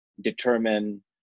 determine